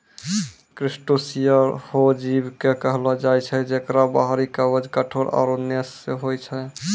crustacea हो जीव कॅ कहलो जाय छै जेकरो बाहरी कवच कठोर आरो नम्य होय छै